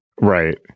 Right